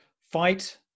fight